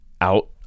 out